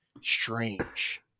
strange